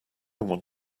want